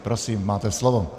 Prosím, máte slovo.